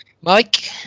Mike